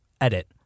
Edit